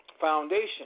Foundation